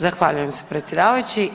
Zahvaljujem se predsjedavajući.